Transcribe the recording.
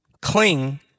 cling